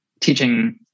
teaching